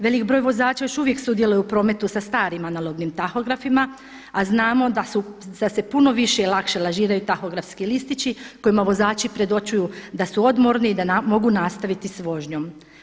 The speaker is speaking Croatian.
Velik broj vozača još uvijek sudjeluje u prometu sa starim analognim tahografima, a znamo da se puno više i lakše lažiraju tahografski listići kojima vozači predočuju da su odmorni i da mogu nastaviti s vožnjom.